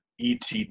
ET